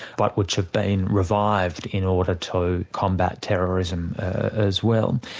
but which had been revived in order to combat terrorism as well.